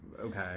okay